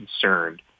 concerned